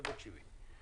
תקשיבי לי.